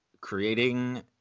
creating